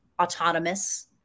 Autonomous